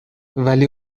ولی